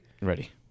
Ready